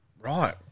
Right